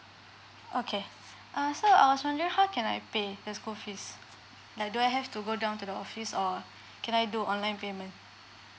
okay uh so I was wonder how can I pay the school fees like do I have to go down to the office or can I do online payment